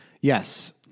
Yes